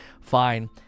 fine